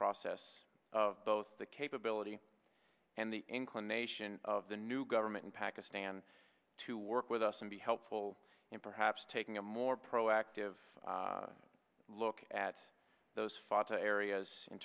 process of both the capability and the inclination of the new government in pakistan to work with us and be helpful in perhaps taking a more proactive look at those fatah areas in